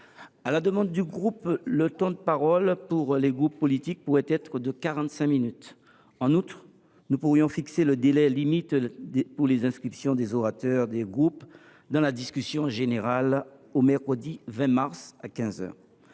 À la demande du groupe CRCE K, le temps de parole des groupes politiques pourrait être de 45 minutes. En outre, nous pourrions fixer le délai limite pour les inscriptions des orateurs des groupes dans la discussion générale au mercredi 20 mars à 15